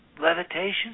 levitation